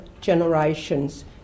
generations